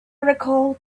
recalled